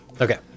Okay